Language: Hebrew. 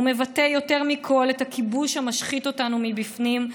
והוא מבטא יותר מכול את הכיבוש המשחית אותנו מבפנים,